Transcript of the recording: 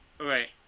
Okay